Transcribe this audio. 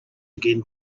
again